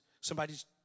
somebody's